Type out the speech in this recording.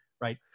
Right